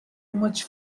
much